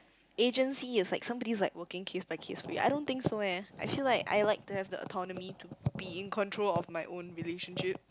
agency is like somebody's like working case by case I don't think so eh I feel like I like to have the autonomy to be in control of my own relationship